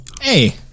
Hey